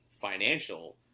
financial